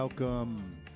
Welcome